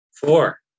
four